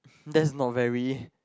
that's not very